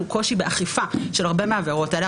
קושי באכיפה של הרבה מהעבירות האלה,